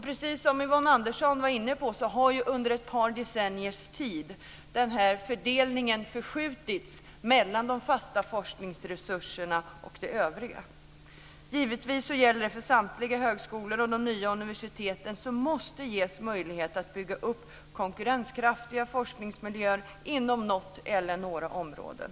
Precis som Yvonne Andersson var inne på har den här fördelningen under ett par decenniers tid förskjutits mellan de fasta forskningsresurserna och de övriga. Givetvis gäller detta för samtliga högskolor och för de nya universiteten, som måste ges möjligheter att bygga upp konkurrenskraftiga forskningsmiljöer inom något eller några områden.